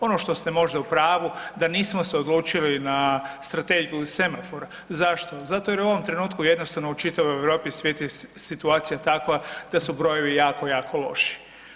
Ono što ste možda u pravu da nismo se odlučili na strategiju semafora, zašto, zato jer je u ovom trenutku jednostavno u čitavoj Europi i svijetu situacija takva da su brojevi jako, jako loši.